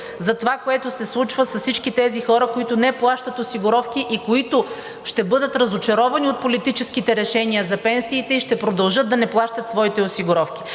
за това, което се случва с всички тези хора, които не плащат осигуровки и които ще бъдат разочаровани от политическите решения за пенсиите и ще продължат да не плащат своите осигуровки?